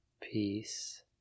Peace